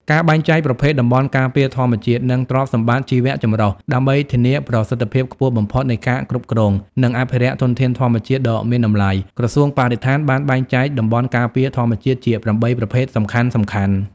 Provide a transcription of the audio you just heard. ការបែងចែកប្រភេទតំបន់ការពារធម្មជាតិ និងទ្រព្យសម្បត្តិជីវៈចម្រុះ ដើម្បីធានាប្រសិទ្ធភាពខ្ពស់បំផុតនៃការគ្រប់គ្រង និងអភិរក្សធនធានធម្មជាតិដ៏មានតម្លៃ ក្រសួងបរិស្ថានបានបែងចែកតំបន់ការពារធម្មជាតិជា ៨ ប្រភេទសំខាន់ៗ។